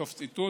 סוף ציטוט.